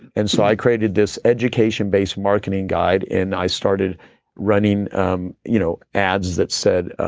and so, i created this education based marketing guide and i started running um you know ads that said,